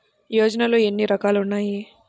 యోజనలో ఏన్ని రకాలు ఉన్నాయి?